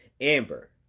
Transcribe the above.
Amber